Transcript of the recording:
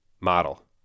model